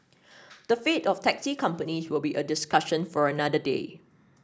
the fate of taxi companies will be a discussion for another day